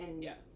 Yes